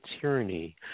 tyranny